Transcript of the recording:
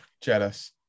jealous